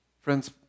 Friends